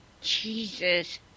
Jesus